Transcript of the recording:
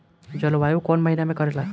जलवायु कौन महीना में करेला?